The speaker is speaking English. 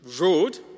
road